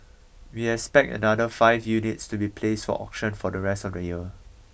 we expect another five units to be placed for auction for the rest of the year